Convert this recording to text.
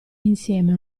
insieme